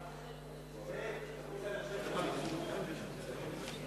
כבוד ראש הממשלה,